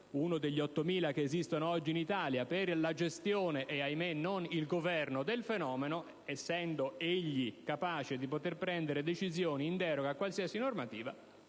uno degli 8.000 che esistono oggi in Italia per la gestione e - ahimè! - non il governo del fenomeno, essendo egli capace di poter prendere decisioni in deroga a qualsiasi normativa.